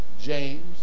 James